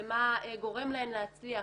למה גורם להן להצליח,